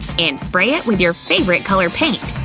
and spray it with your favorite color paint.